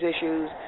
issues